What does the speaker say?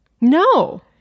No